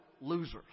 losers